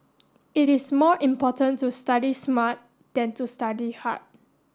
it is more important to study smart than to study hard